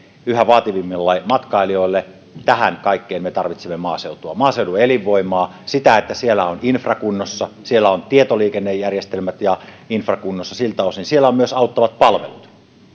yhä vaativammille matkailijoille tähän kaikkeen me tarvitsemme maaseutua maaseudun elinvoimaa sitä että siellä on infra kunnossa siellä on tietoliikennejärjestelmät ja infra kunnossa siltä osin siellä on myös auttavat palvelut